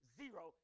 zero